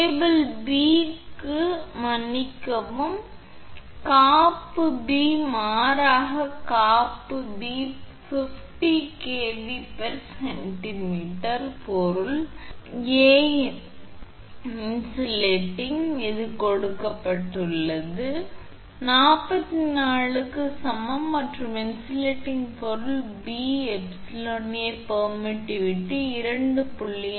cable B க்கு மன்னிக்கவும் காப்பு B மாறாக காப்பு B 50 𝑘𝑉𝑐𝑚 பொருள் A இன்சுலேடிங் இது கொடுக்கப்பட்டுள்ளது 4 4 க்கு சமம் மற்றும் இன்சுலேடிங் பொருள் B 𝜖𝐴 பெர்மிட்டிவிட்டி 2